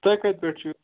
تۄہہِ کَتہِ پٮ۪ٹھ چھُ